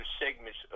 segments